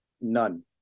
None